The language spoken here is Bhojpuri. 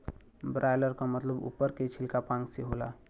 ब्रायलर क मतलब उप्पर के छिलका पांख से होला